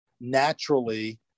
naturally